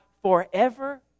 Forever